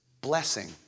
blessing